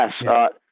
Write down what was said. Yes